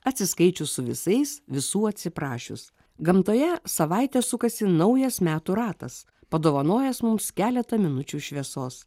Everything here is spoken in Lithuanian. atsiskaičius su visais visų atsiprašius gamtoje savaitę sukasi naujas metų ratas padovanojęs mums keletą minučių šviesos